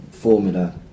Formula